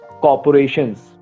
corporations